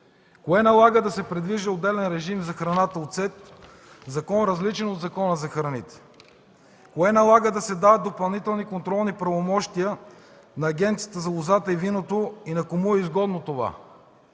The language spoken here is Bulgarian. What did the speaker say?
кое налага да се предвижда отделен режим за храната оцет в закон, различен от Закона за храните? Кое налага да се дават допълнителни контролни правомощия на Агенцията по лозата и виното и кому е изгодно това?